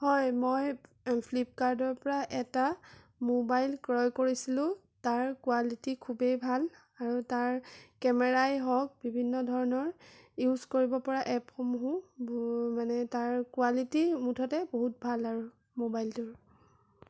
হয় মই ফ্লিপকাৰ্টৰ পৰা এটা মোবাইল ক্ৰয় কৰিছিলোঁ তাৰ কোৱালিটী খুবেই ভাল আৰু তাৰ কেমেৰাই হওঁক বিভিন্ন ধৰণৰ ইউজ কৰিব পৰা এপসমূহো মানে তাৰ কোৱালিটী মুঠতে বহুত ভাল আৰু মোবাইলটোৰ